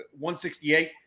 168